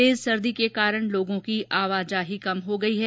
तेज सर्दी के कारण लोगों की आवाजाही कम हो गई है